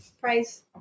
Price